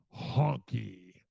honky